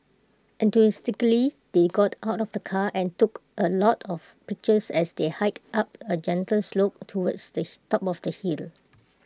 enthusiastically they got out of the car and took A lot of pictures as they hiked up A gentle slope towards the top of the hill